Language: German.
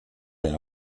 der